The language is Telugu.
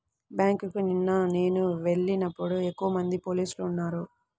బ్యేంకుకి నిన్న నేను వెళ్ళినప్పుడు ఎక్కువమంది పోలీసులు ఉన్నారు